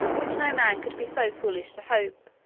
which no man could be so foolish to hope,